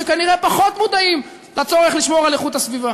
שכנראה פחות מודעים לצורך לשמור על איכות הסביבה,